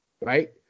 right